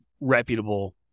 reputable